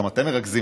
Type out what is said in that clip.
גם אתם מרכזים,